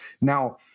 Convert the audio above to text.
Now